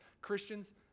Christians